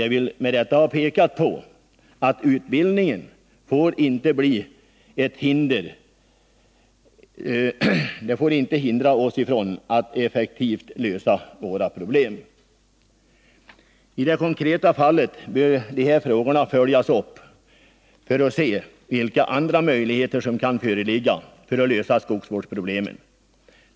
Jag vill med detta peka på att utbildningen inte får hindra oss från att effektivt lösa våra problem. I det konkreta fallet bör de här frågorna följas upp för att vi skall kunna se vilka andra möjligheter som kan föreligga för att lösa skogsvårdsproblemen.